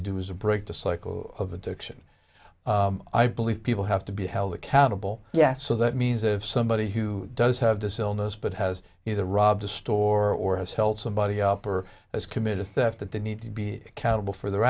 to do is break the cycle of addiction i believe people have to be held accountable yes so that means if somebody who does have this illness but has either robbed a store or has held somebody up or has committed theft that they need to be accountable for their